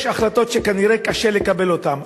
יש החלטות שכנראה קשה לקבל אותן.